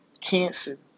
cancer